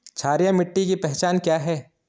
क्षारीय मिट्टी की पहचान क्या है?